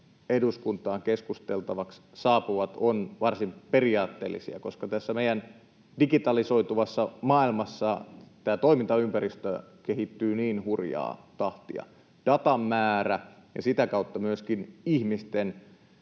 eduskuntaan keskusteltavaksi saapuvat, ovat varsin periaatteellisia, koska tässä meidän digitalisoituvassa maailmassa toimintaympäristö kehittyy niin hurjaa tahtia. Datan määrä ja sitä kautta myöskin ihmisten